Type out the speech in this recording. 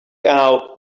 out